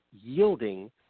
yielding